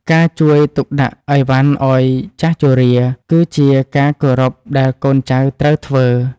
ការជួយទុកដាក់អីវ៉ាន់ឱ្យចាស់ជរា គឺជាការគោរពដែលកូនចៅត្រូវធ្វើ។